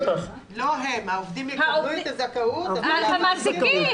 לא הם, העובדים יקבלו את הזכאות --- המעסיקים.